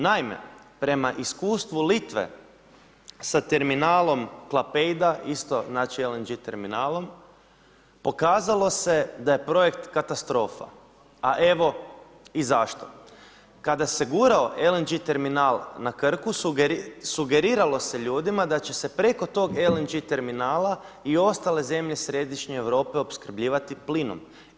Naime, prema iskustvu Litve sa Terminalom Klaipeda znači isto LNG terminalom, pokazalo se da je projekt katastrofa, a evo i zašto, kada se gurao LNG terminal na Krku sugeriralo se ljudima da će se preko tog LNG terminala i ostale zemlje središnje Europe opskrbljivati plinom.